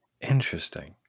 Interesting